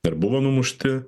ar buvo numušti